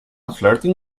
flirting